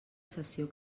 sessió